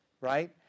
right